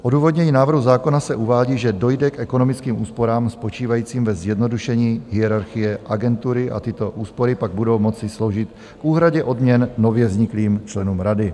V odůvodnění návrhu zákona se uvádí, že dojde k ekonomickým úsporám spočívajícím ve zjednodušení hierarchie agentury a tyto úspory pak budou moci sloužit k úhradě odměn nově vzniklým členům rady.